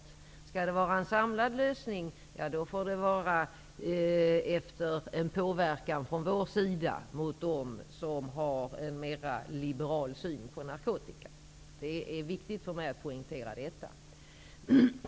Skall det vara en samlad lösning, får det vara efter en påverkan från vår sida på dem som har en mera liberal syn på narkotika. Det är viktigt för mig att poängtera detta.